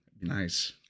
Nice